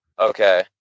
okay